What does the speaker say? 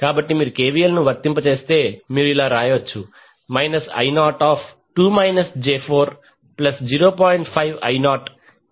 కాబట్టి మీరు కెవిఎల్ను వర్తింపజేస్తే మీరు ఇలా వ్రాయవచ్చు I02 j40